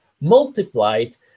multiplied